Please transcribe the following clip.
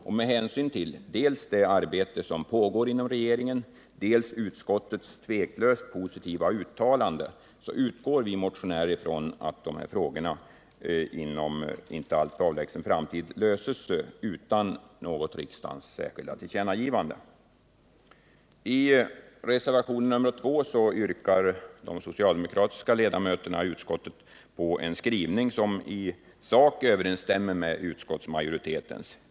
Och med hänsyn till dels det arbete som pågår inom regeringen, dels utskottets tveklöst positiva uttalande utgår vi motionärer ifrån att dessa frågor inom en inte alltför avlägsen framtid löses utan något riksdagens särskilda tillkännagivande. I reservationen 2 yrkar de socialdemokratiska ledamöterna i utskottet på en skrivning som i sak överensstämmer med utskottsmajoritetens.